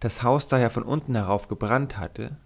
das haus daher von unten herauf gebrannt hatte